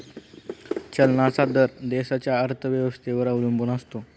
चलनाचा दर देशाच्या अर्थव्यवस्थेवर अवलंबून असतो